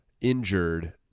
injured